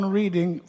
reading